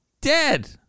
dead